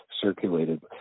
circulated